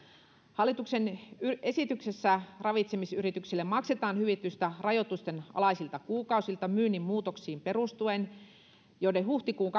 hallituksen esityksessä ravitsemisyrityksille maksetaan hyvitystä rajoitusten alaisilta kuukausilta myynnin muutoksiin perusten niille joiden huhtikuun